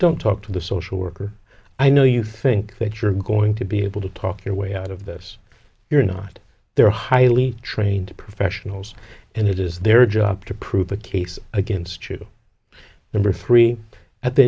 don't talk to the social worker i know you think that you're going to be able to talk your way out of this you're not they're highly trained professionals and it is their job to prove a case against you number three at the